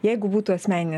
jeigu būtų asmeninė